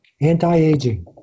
Anti-aging